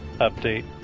update